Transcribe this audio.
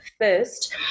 First